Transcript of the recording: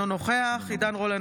אינו נוכח עידן רול,